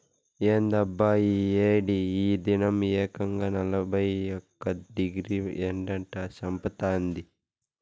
ఏందబ్బా ఈ ఏడి ఈ దినం ఏకంగా నలభై ఒక్క డిగ్రీ ఎండట చంపతాంది